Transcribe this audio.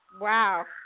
Wow